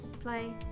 play